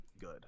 good